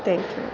thank you